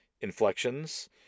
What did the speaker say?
inflections